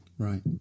Right